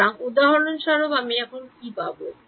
সুতরাং উদাহরণস্বরূপ আমি এখানে কি পাবো